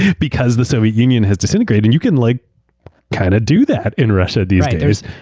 and because the soviet union has disintegrated. you can like kind of do that in russia these days.